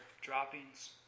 droppings